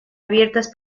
abiertas